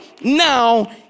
now